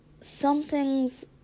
something's